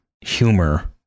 humor